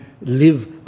live